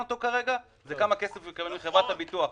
אותו כרגע זה כמה כסף הוא יקבל מחברת הביטוח.